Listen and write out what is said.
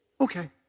Okay